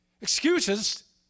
Excuses